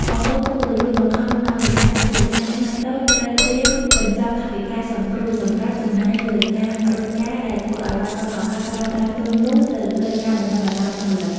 អំពើពុករលួយ បង្ខំឱ្យម្ចាស់អាជីវកម្មខ្នាតតូចត្រូវត្រៀម "កញ្ចប់ថវិកាសង្គ្រោះ" សម្រាប់ចំណាយលើការរត់ការ ដែលធ្វើឱ្យបាត់បង់ឱកាសប្រើប្រាស់ទុននោះទៅលើការបណ្ដុះបណ្ដាលបុគ្គលិក។